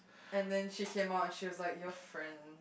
and then she came out she was like your friend